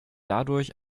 dadurch